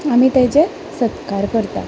आमी ताचे सत्कार करता